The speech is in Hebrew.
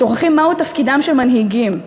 שוכחים מהו תפקידם של מנהיגים.